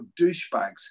douchebags